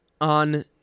on